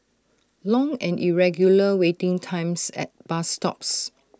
long and irregular waiting times at bus stops